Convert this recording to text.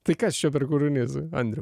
tai kas čia per kūrinys andriau